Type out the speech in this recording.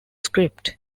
script